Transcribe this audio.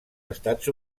estats